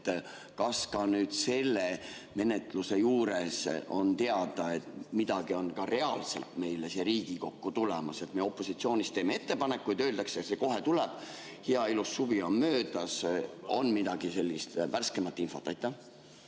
Kas nüüd selle menetluse juures on ka teada, et midagi on reaalselt meile siia Riigikokku tulemas? Me opositsioonis teeme ettepanekuid ja siis öeldakse, et see kohe tuleb. Hea ilus suvi on möödas. On mingit sellist värskemat infot? Tänan,